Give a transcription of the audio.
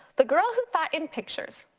the girl who thought in pictures,